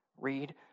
Read